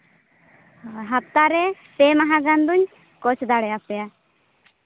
ᱦᱟᱯᱛᱟ ᱨᱮ ᱯᱮ ᱢᱟᱦᱟ ᱜᱟᱱ ᱫᱚᱧ ᱠᱳᱪ ᱫᱟᱲᱮ ᱟᱯᱮᱭᱟ